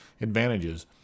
Advantages